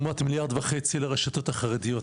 לעומת מיליארד וחצי לרשתות החרדיות,